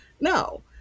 No